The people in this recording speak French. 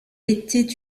était